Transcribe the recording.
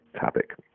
topic